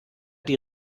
die